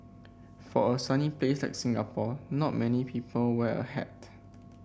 for a sunny place like Singapore not many people wear a hat